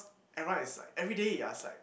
everyone is like everyday you ask like